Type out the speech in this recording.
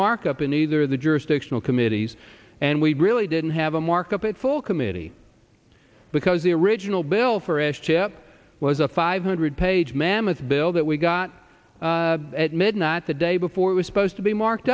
markup in either the jurisdictional committees and we really didn't have a markup at full committee because the original bill for s chip was a five hundred page mammoth bill that we got at midnight the day before was supposed to be marked